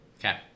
okay